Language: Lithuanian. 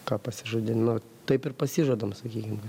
ką pasižadi nu taip ir pasižadam sakykim